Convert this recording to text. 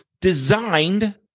designed